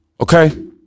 Okay